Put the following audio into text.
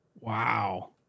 Wow